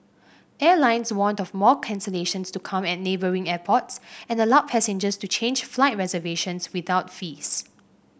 airlines warned of more cancellations to come at neighbouring airports and allowed passengers to change flight reservations without fees